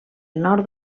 nord